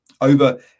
Over